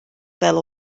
fel